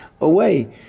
away